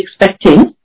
expecting